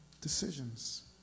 decisions